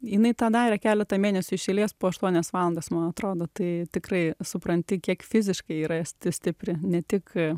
jinai tą darė keletą mėnesių iš eilės po aštuonias valandas man atrodo tai tikrai supranti kiek fiziškai yra stipri ne tik